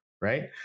right